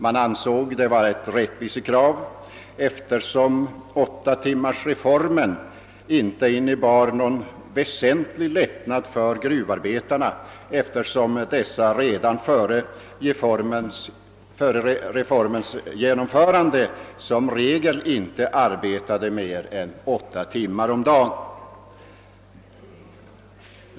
Man ansåg detta vara ett rättvisekrav, eftersom åttatimmarsreformen inte medförde någon väsentlig lättnad för gruvarbetarna, vilka redan före reformens genomförande som regel inte arbetade mer än åtta timmar om dagen.